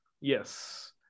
yes